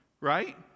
right